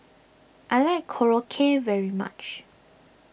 I like Korokke very much